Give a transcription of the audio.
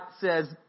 says